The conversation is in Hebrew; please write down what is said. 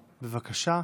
בבקשה.